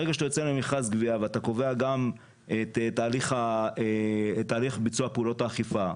ברגע שאתה יוצא למכרז גבייה וקובע גם את תהליך ביצוע פעולות האכיפה,